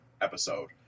episode